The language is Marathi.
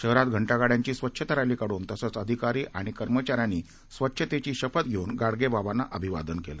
शहरातघंटागाड्यांचीस्वच्छतारॅलीकाढूनतसंचअधिकारीआणिकर्मचाऱ्यांनीस्वच्छतेचीशपथघेऊनगाडगेबाबांनाअभिवादनकेलं